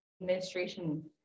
administration